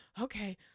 okay